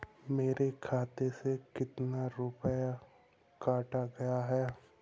मेरे खाते से कितना रुपया काटा गया है?